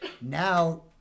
Now